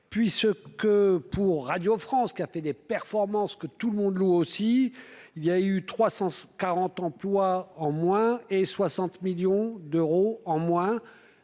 ce que pour Radio France, qui a fait des performances que tout le monde loue aussi il y a eu 340 emplois en moins et 60 millions d'euros en moins